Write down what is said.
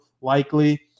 likely